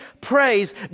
praise